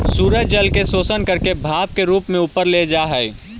सूरज जल के शोषण करके भाप के रूप में ऊपर ले जा हई